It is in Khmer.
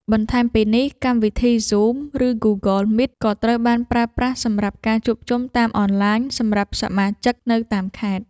បន្ថែមពីនេះ កម្មវិធី ហ្ស៊ូម ឬ ហ្គូហ្គល មីត ក៏ត្រូវបានប្រើប្រាស់សម្រាប់ការជួបជុំតាមអនឡាញសម្រាប់សមាជិកនៅតាមខេត្ត។